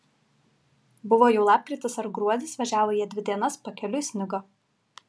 buvo jau lapkritis ar gruodis važiavo jie dvi dienas pakeliui snigo